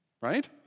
Right